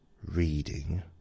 Reading